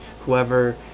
whoever